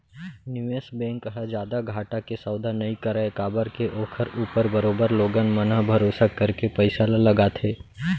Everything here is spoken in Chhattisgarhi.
निवेस बेंक ह जादा घाटा के सौदा नई करय काबर के ओखर ऊपर बरोबर लोगन मन ह भरोसा करके पइसा ल लगाथे